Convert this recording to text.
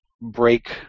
break